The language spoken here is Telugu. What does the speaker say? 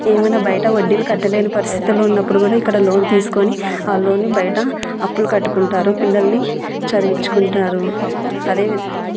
ఏమైనా బయట వడ్డీలు కట్టలేని పరిస్థితుల్లో ఉన్నప్పుడు కూడా ఇక్కడ లోన్ తీసుకుని ఆ లోన్ని బయట అప్పులు కట్టుకుంటారు పిల్లల్ని చదివించుకుంటారు అదేవిధ